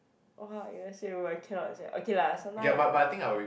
!wah! if it was me I cannot sia okay lah sometime I